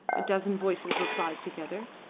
a dozen voices replied together.